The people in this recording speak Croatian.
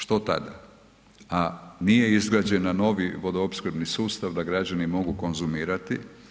Što tada, a nije izgrađeni novi vodoopskrbni sustav da građani mogu konzumirati.